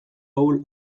ahul